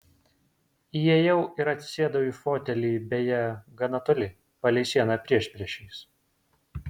įėjau ir atsisėdau į fotelį beje gana toli palei sieną priešpriešiais